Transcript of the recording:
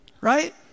right